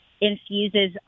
infuses